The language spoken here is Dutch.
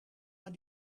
maar